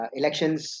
elections